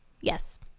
yes